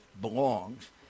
belongs